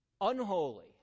unholy